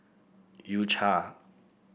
U Cha